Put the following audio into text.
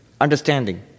understanding